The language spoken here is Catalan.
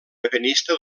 ebenista